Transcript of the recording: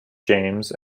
james